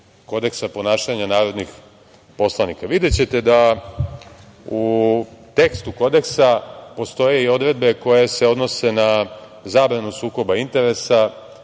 kodeksa ponašanja narodnih poslanika. Videćete da u tekstu kodeksa postoje odredbe koje se odnose na zabranu sukoba interesa,